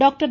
doctor